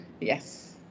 Yes